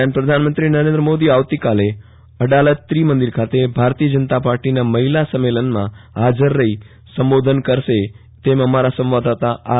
દરમિયાન પ્રધાનમંત્રી નરેન્દ્ર મોદી આવતીકાલે અડાલજ ત્રીમંદિર ખાતે ભાજપના મહિલા સમ ઈલમાં હાજર રહી સંબોધન કરશે તેમ અમારા સંવાદદાતા આર